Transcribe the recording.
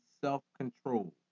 self-control